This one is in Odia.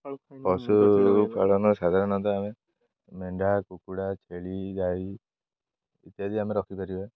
ପଶୁପାଳନ ସାଧାରଣତଃ ଆମେ ମେଣ୍ଢା କୁକୁଡ଼ା ଛେଳି ଗାଈ ଇତ୍ୟାଦି ଆମେ ରଖିପାରିବା